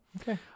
Okay